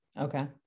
Okay